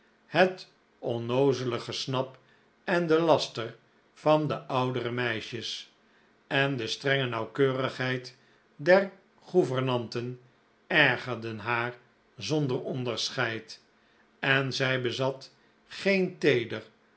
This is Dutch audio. het onnoozele gesnap en de laster van de oudere meisjes en de strenge nauwkeurigheid der gouvernanten ergerden haar zonder onderscheid en zij bezat geen teeder